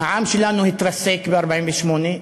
העם שלנו התרסק ב-1948,